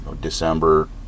December